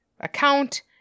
account